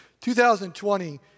2020